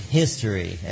history